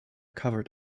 covered